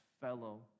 fellow